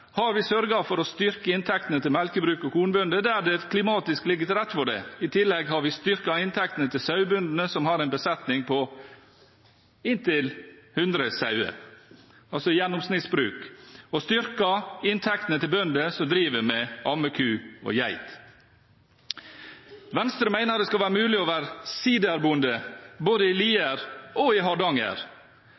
har vi sørget for å styrke inntektene til melkebruk og kornbønder, der det klimatisk ligger til rette for det. I tillegg har vi styrket inntektene til sauebønder som har besetninger på inntil 100 sauer – altså gjennomsnittsbruk – og styrket inntektene til bønder som driver med ammeku og geit. Venstre mener det skal være mulig å være siderbonde både i Lier og Hardanger,